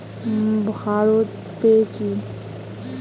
Bharat pay কি?